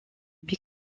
big